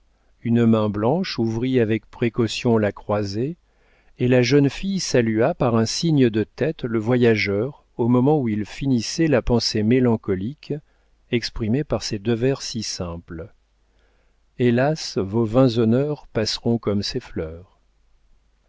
une main blanche ouvrit avec précaution la croisée et la jeune fille salua par un signe de tête le voyageur au moment où il finissait la pensée mélancolique exprimée par ces deux vers si simples hélas vos vains honneurs pass'ront comme ces fleurs